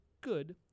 good